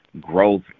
growth